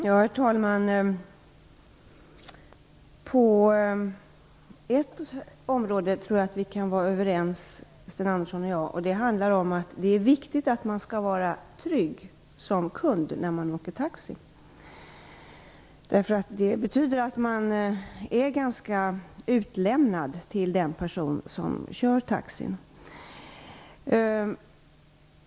Herr talman! På ett område tror jag att Sten Andersson och jag kan vara överens, och det handlar om att det är viktigt att man skall vara trygg som kund när man åker taxi. Man är ju ganska utlämnad till den person som kör taxin.